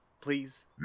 please